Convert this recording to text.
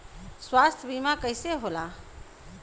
स्वास्थ्य बीमा कईसे होला?